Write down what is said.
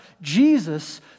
Jesus